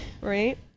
Right